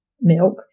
milk